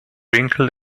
winkel